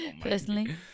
Personally